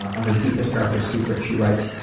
under deepest darkest secrets she writes,